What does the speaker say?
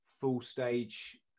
full-stage